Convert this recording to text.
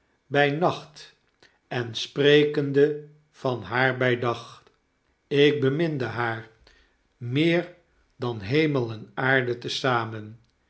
bij nacht en sprekende van haar by dag ik beminde haar meer dan hemel en aarde te zamen